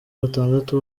batandatu